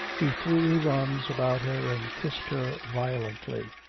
he threw his arms about her and kissed her violently.